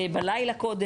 בלילה קודם?